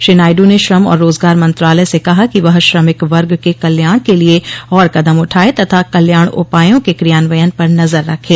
श्री नायडू ने श्रम और रोजगार मंत्रालय से कहा कि वह श्रमिक वर्ग के कल्याण के लिए और कदम उठाए तथा कल्याण उपायों के क्रियान्वयन पर नजर रखे